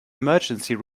emergency